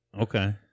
okay